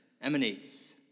emanates